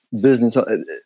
business